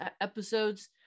episodes